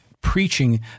preaching